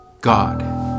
God